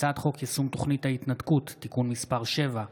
הצעת חוק יישום תוכנית ההתנתקות (תיקון מס' 7)